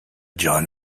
john